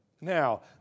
Now